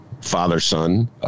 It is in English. father-son